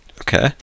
Okay